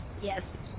Yes